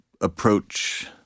approach